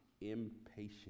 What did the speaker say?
impatient